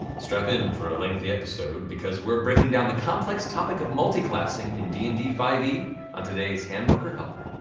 strap in for a lengthy episode, because we're breaking down the complex topic of multiclassing in d and d five e on today's handbooker helper.